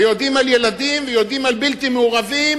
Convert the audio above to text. ויודעים על ילדים, ויודעים על בלתי מעורבים,